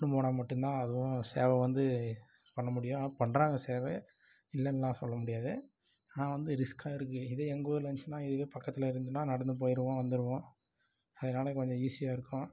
கூட்டினு போனால் மட்டும்தான் அதுவும் சேவை வந்து பண்ண முடியும் ஆனால் பண்ணுறாங்க சேவை இல்லைன்னுலான் சொல்ல முடியாது ஆனால் வந்து ரிஸ்காக இருக்குது இதே எங்கள் ஊரில் இருந்துச்சுனால் இதுவே பக்கத்தில் இருந்துனால் நடந்து போயிடுவோம் வந்துடுவோம் அதனால கொஞ்சம் ஈசியாக இருக்கும்